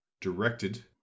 directed